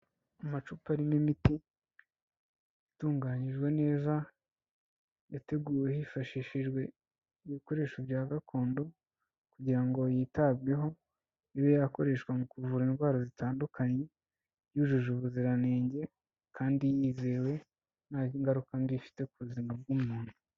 Amacupa arimo imiti itunganyijwe neza, yateguwe hifashishijwe ibikoresho bya gakondo kugira ngo yitabweho, ibe yakoreshwa mu kuvura indwara zitandukanye, yujuje ubuziranenge kandi yizewe, nta ingaruka mbi ifite ku buzima bw'umuntu.